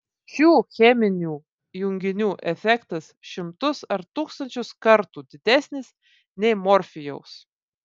šių cheminių junginių efektas šimtus ar tūkstančius kartų didesnis nei morfijaus